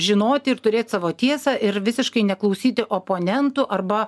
žinoti ir turėt savo tiesą ir visiškai neklausyti oponentų arba